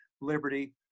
liberty